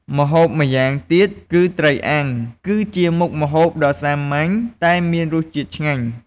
ម្ហូបម៉្យាងទៀត គឺត្រីអាំង គឺជាមុខម្ហូបដ៏សាមញ្ញតែមានរសជាតិឆ្ងាញ់។